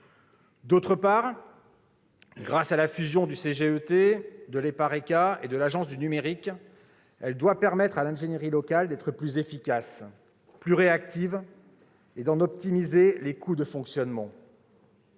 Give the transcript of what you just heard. D'autre part, grâce à la fusion du CGET, de l'EPARECA et de l'Agence du numérique, elle doit permettre à l'ingénierie locale d'être plus efficace, plus réactive, et d'en optimiser les coûts de fonctionnement.